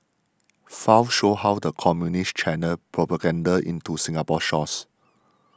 files show how the Communists channelled propaganda into Singapore's shores